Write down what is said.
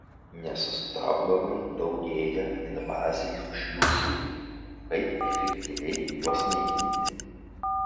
nesustabdomai daugėja invazinių šliužų kaip efektyviai juos naikinti